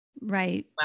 Right